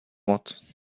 want